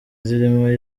zirimo